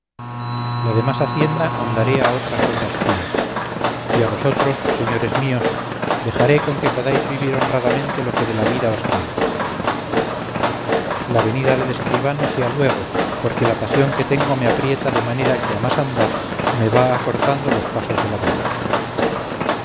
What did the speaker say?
la demás hacienda mandaré a otras obras pías y a vosotros señores míos dejaré con que podáis vivir honradamente lo que de la vida os queda la venida del escribano sea luego porque la pasión que tengo me aprieta de manera que a más andar me va acortando los pasos de la vida